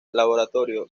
laboratorio